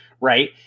right